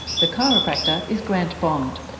the chiropractor is grant bond.